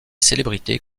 célébrités